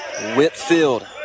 Whitfield